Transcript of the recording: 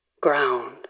ground